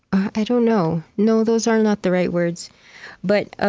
i don't know. no, those are not the right words but ah